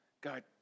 God